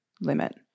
limit